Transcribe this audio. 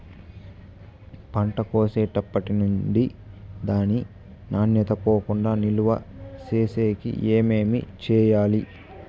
పంట కోసేటప్పటినుండి దాని నాణ్యత పోకుండా నిలువ సేసేకి ఏమేమి చేయాలి?